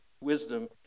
wisdom